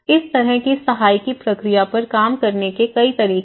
इस तरह की सहायिकी प्रक्रिया पर काम करने के कई तरीके हैं